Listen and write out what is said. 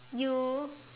you